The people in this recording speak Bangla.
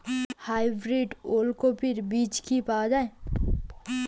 হাইব্রিড ওলকফি বীজ কি পাওয়া য়ায়?